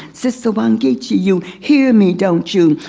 sister wangechi you hear me don't you?